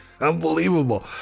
unbelievable